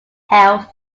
health